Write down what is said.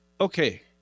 okay